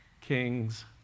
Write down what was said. kings